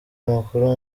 amakuru